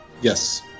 Yes